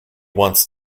wants